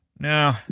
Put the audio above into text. no